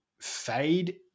fade